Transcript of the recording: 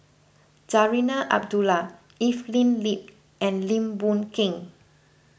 Zarinah Abdullah Evelyn Lip and Lim Boon Keng